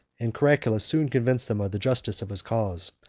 and caracalla soon convinced them of the justice of his cause,